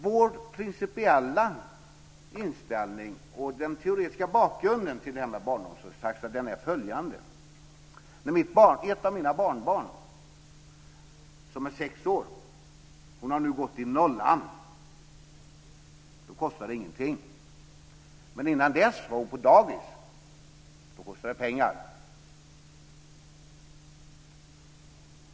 Vår principiella inställning och den teoretiska bakgrunden till det här med barnomsorgstaxa är följande: Ett av mina barnbarn, som är sex år, har nu gått i nollan. Då kostar det ingenting. Men innan dess var hon på dagis. Då kostar det pengar.